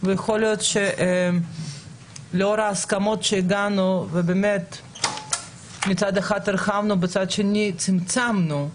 ויכול להיות שלאור ההסכמות שהגענו מצד אחד הרחבנו ומצד שני צמצמנו,